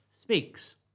speaks